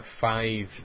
five